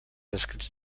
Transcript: escrits